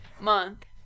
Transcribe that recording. month